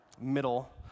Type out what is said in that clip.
middle